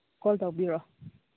call ꯇꯧꯕꯤꯔꯛꯑꯣ